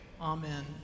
Amen